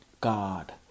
God